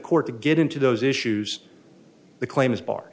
court to get into those issues the claim is bar